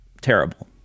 terrible